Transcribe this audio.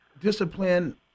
discipline